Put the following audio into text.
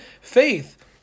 faith